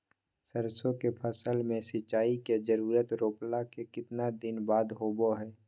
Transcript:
सरसों के फसल में सिंचाई के जरूरत रोपला के कितना दिन बाद होबो हय?